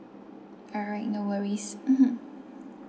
alright no worries mmhmm